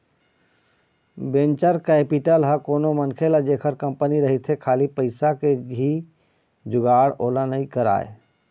venture capital ह कोनो मनखे ल जेखर कंपनी रहिथे खाली पइसा के ही जुगाड़ ओला नइ कराय